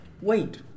wait